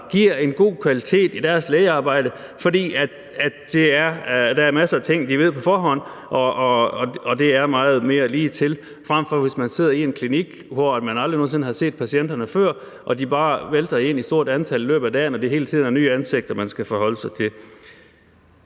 giver en god kvalitet i deres lægearbejde, for der er masser af ting, de ved på forhånd, og det er meget mere ligetil, frem for hvis man sidder i en klinik, hvor man aldrig nogen sinde har set patienterne før og de bare vælter ind i stort antal i løbet af dagen og det hele tiden er nye ansigter, man skal forholde sig til.